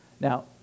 Now